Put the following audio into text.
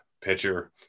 pitcher